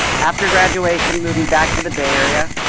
after graduation moving back to the bay area,